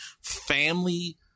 family-